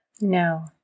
No